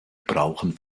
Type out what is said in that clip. brauchen